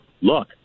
look